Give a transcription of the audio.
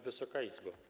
Wysoka Izbo!